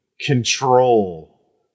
control